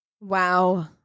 Wow